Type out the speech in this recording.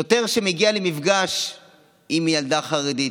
שוטר שמגיע למפגש עם ילדה חרדית,